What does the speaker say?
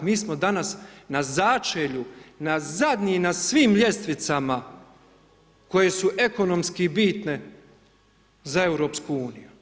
Mi smo danas na začelju, na zadnji na svim ljestvicama koje su ekonomski bitne za EU.